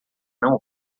não